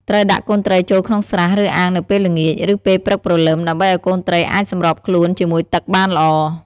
ត្រូវដាក់កូនត្រីចូលក្នុងស្រះ ឬអាងនៅពេលល្ងាច ឬពេលព្រឹកព្រលឹម ដើម្បីឲ្យកូនត្រីអាចសម្របខ្លួនជាមួយទឹកបានល្អ។